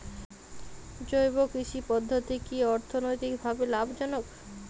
জৈব কৃষি পদ্ধতি কি অর্থনৈতিকভাবে লাভজনক?